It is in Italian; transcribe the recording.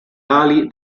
ali